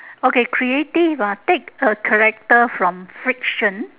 okay creative ah take a character from friction